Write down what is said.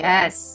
Yes